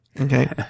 Okay